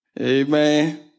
Amen